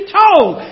told